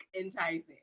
enticing